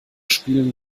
spielen